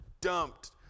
dumped